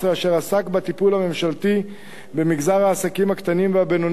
אשר עסק בטיפול הממשלתי במגזר העסקים הקטנים והבינוניים,